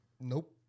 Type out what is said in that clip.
Nope